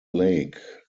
lake